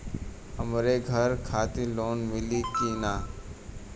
हमरे घर खातिर लोन मिली की ना?